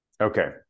okay